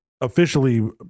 officially